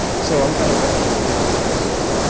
so i'm kind of wrestling with different types of